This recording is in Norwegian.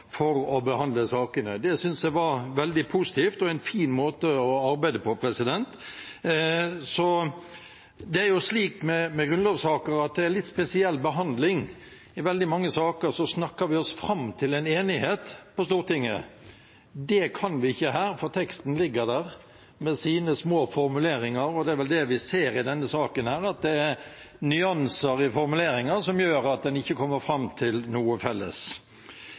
for å behandle sakene. Det synes jeg var veldig positivt og en fin måte å arbeide på. Det er jo slik med grunnlovssaker at det er en litt spesiell behandling. I veldig mange saker snakker vi oss fram til en enighet på Stortinget. Det kan vi ikke her, for teksten ligger der med sine små formuleringer, og det er vel det vi ser i denne saken, at det er nyanser i formuleringer som gjør at en ikke kommer fram til noe felles.